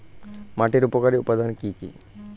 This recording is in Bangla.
মাটির উপকারী উপাদান কি কি?